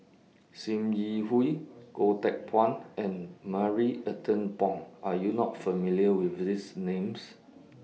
SIM Yi Hui Goh Teck Phuan and Marie Ethel Bong Are YOU not familiar with These Names